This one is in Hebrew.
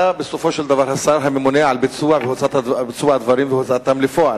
אתה בסופו של דבר השר הממונה על ביצוע הדברים והוצאתם לפועל.